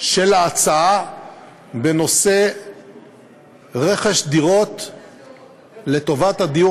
של ההצעה בנושא רכש דירות לטובת הדיור